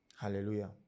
hallelujah